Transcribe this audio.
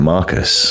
Marcus